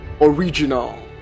original